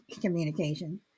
communication